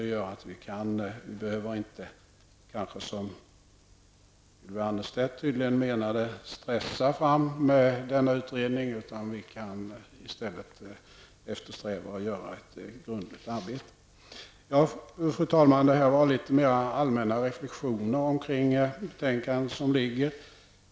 Detta gör att vi kanske inte behöver, som Ylva Annerstedt tydligen menade, stressa fram ett utredningsresultat, utan vi kan eftersträva att göra ett grundligt arbete. Fru talman! Detta var litet mer allmänna reflexioner om det föreliggande betänkandet.